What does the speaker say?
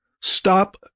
Stop